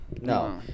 no